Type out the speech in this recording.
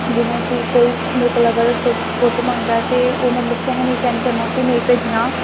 जि'यां कि कोई मेरे कोला दा गल्त फोटो ते ओह् मतलब कि असें नेईं उस्सी सैंड करना नेईं भेजना